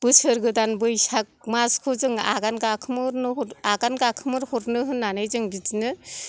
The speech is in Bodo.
बोसोर गोदान बैसाग मासखौ जों आगान गाखोमोरनो हर आगान गाखोमोहरनो होननानै जों बिदिनो